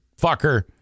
fucker